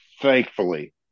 Thankfully